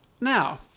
Now